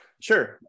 Sure